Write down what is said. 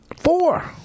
Four